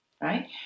right